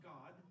God